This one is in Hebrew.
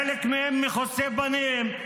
חלק מהם מכוסי פנים.